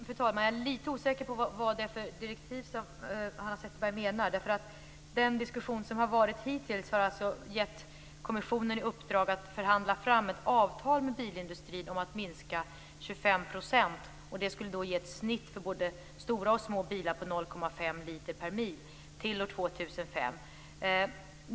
Fru talman! Jag är litet osäker på vad det är för direktiv som Hanna Zetterberg menar, därför att kommissionen har hittills fått i uppdrag att förhandla fram ett avtal med bilindustrin om en minskning med 25 %. Det skulle då ge ett snitt för både stora och små bilar på 0,5 liter per mil till år 2005.